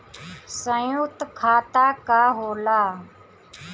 सयुक्त खाता का होला?